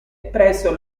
presso